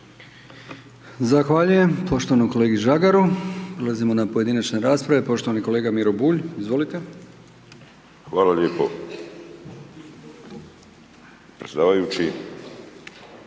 Zahvaljujem poštovanom kolegi Žagaru. Prelazimo na pojedinačne rasprave, poštovani kolega Miro Bulj, izvolite. **Bulj, Miro